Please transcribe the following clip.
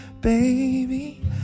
baby